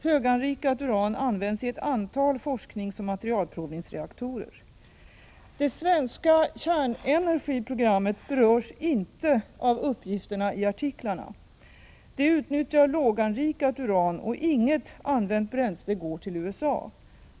Höganrikat uran används i ett antal forskningsoch materialprovningsreaktorer. Det svenska kärnenergiprogrammet berörs inte av uppgifterna i artiklarna. Det utnyttjar låganrikat uran, och inget använt bränsle går till USA.